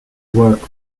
work